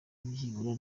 byibura